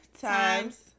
times